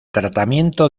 tratamiento